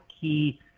key